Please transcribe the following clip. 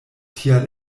tial